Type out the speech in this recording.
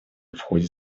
входит